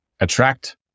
attract